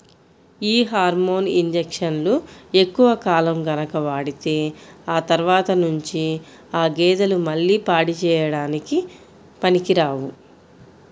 యీ హార్మోన్ ఇంజక్షన్లు ఎక్కువ కాలం గనక వాడితే ఆ తర్వాత నుంచి ఆ గేదెలు మళ్ళీ పాడి చేయడానికి పనికిరావు